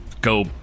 go